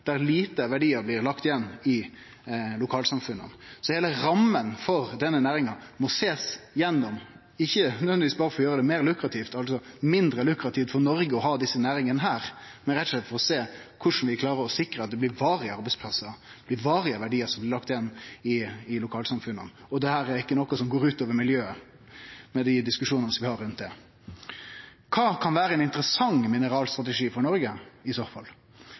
der lite av verdiar blir lagde igjen i lokalsamfunna. Ein må sjå igjennom heile ramma for denne næringa, ikkje nødvendigvis berre for å gjere det meir lukrativt for Noreg å ha desse næringane her, men rett og slett for å sjå korleis vi kan klare å sikre at det blir varige arbeidsplassar, varige verdiar, som blir lagde igjen i lokalsamfunna. Og dette er ikkje noko som går ut over miljøet, med tanke på dei diskusjonane vi har rundt det. Kva kan vere ein interessant mineralstrategi for Noreg i så fall?